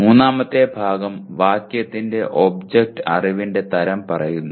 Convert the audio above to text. മൂന്നാമത്തെ ഭാഗം വാക്യത്തിന്റെ ഒബ്ജക്റ്റ് അറിവിന്റെ തരം പറയുന്നു